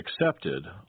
accepted